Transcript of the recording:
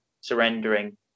surrendering